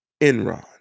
Enron